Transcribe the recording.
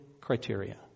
criteria